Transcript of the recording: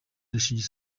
irashinja